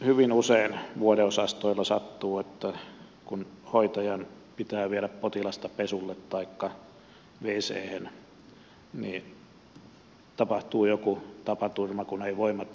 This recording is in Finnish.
hyvin usein vuodeosastoilla sattuu että kun hoitajan pitää viedä potilasta pesulle taikka wchen niin tapahtuu joku tapaturma kun eivät voimat riitä